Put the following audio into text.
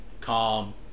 calm